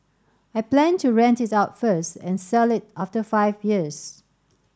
I plan to rent it out first and sell it after five years